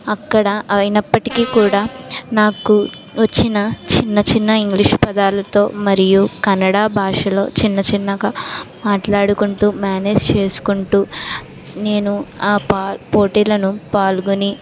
అక్కడ అయినప్పటికీ కూడా నాకు వచ్చిన చిన్న చిన్న ఇంగ్లీషు పదాలతో మరియు కన్నడ భాషలో చిన్న చిన్నగా మాట్లాడుకుంటూ మేనేజ్ చేసుకుంటూ నేను ఆ పోటీలను పాల్గొని